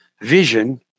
vision